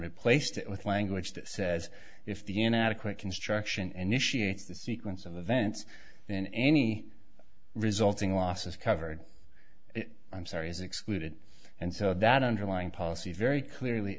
replaced it with language that says if the united quote construction initiates the sequence of events then any resulting loss is covered i'm sorry is excluded and so that underlying policy very clearly